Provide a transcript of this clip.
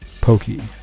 Pokey